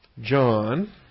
John